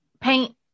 paint